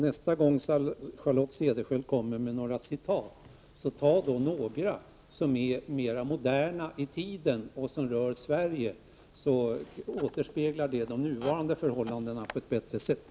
Nästa gång Charlotte Cederschiöld kommer med citat, ta då några som är mera moderna i tiden och som rör Sverige, så avspeglas de nuvarande förhållandena på ett bättre sätt.